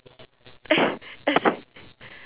as as in